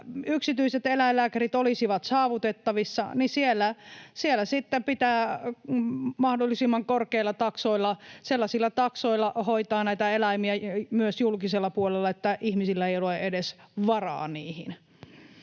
missä yksityiset eläinlääkärit olisivat saavutettavissa, sitten pitää mahdollisimman korkeilla taksoilla hoitaa näitä eläimiä myös julkisella puolella, sellaisilla taksoilla, että ihmisillä ei ole edes varaa niihin.